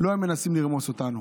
לא היו מנסים לרמוס אותנו,